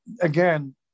again